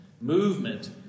movement